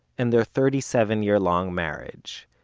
and their thirty-seven year long marriage.